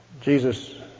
Jesus